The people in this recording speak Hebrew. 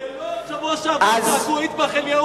אבל בלוד בשבוע שעבר צעקו: "אטבח אל-יהוד".